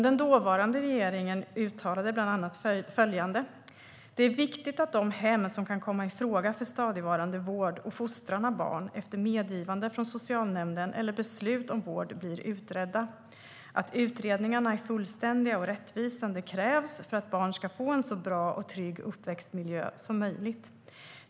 Den dåvarande regeringen uttalade bland annat följande: "Det är viktigt att de hem som kan komma ifråga för stadigvarande vård och fostran av barn efter medgivande från socialnämnden eller beslut om vård blir utredda. Att utredningarna är fullständiga och rättvisande krävs för att barn skall få en så bra och trygg uppväxtmiljö som möjligt.